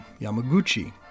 Yamaguchi